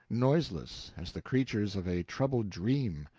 noiseless as the creatures of a troubled dream,